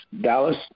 Dallas